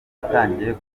atangiye